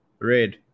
red